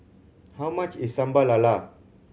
how much is Sambal Lala